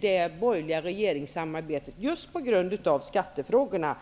det borgerliga regeringssamarbetet, just på grund av skattefrågorna.